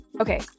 Okay